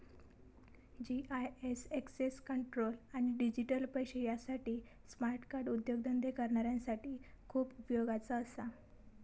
GIS access control आणि digital पैशे यासाठी स्मार्ट कार्ड उद्योगधंदे करणाऱ्यांसाठी खूप उपयोगाचा असा